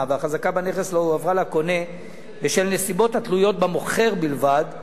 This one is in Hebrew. והחזקה בנכס לא הועברה לקונה בשל נסיבות התלויות במוכר בלבד,